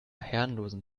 herrenlosen